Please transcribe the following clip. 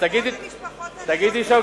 אז תגידי יישר כוח.